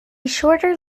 shorter